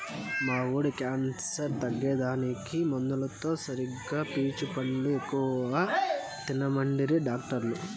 మా వోడి క్యాన్సర్ తగ్గేదానికి మందులతో సరిగా పీచు పండ్లు ఎక్కువ తినమంటిరి డాక్టర్లు